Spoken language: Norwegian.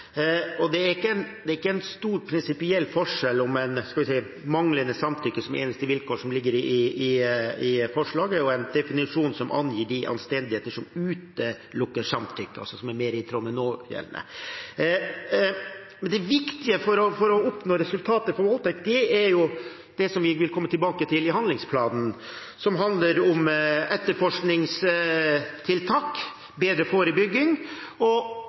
Det er ikke en stor prinsipiell forskjell på manglende samtykke som eneste vilkår, som ligger i forslaget, og en definisjon som angir de omstendighetene som utelukker samtykke, og som er mer i tråd med någjeldende. Det viktige for å oppnå resultater når det gjelder voldtekt, er det som vi vil komme tilbake til i handlingsplanen, og som handler om etterforskningstiltak, bedre forebygging og